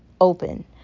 open